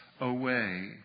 away